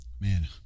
Man